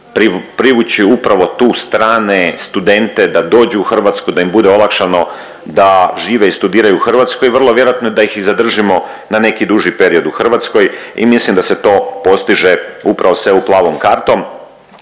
kako privući upravo tu strane studente da dođu u Hrvatsku, da im bude olakšano, da žive i studiraju u Hrvatskoj, vrlo vjerojatno da ih i zadržimo na neki duži period u Hrvatskoj i mislim da se to postiže upravo s EU plavom kartom.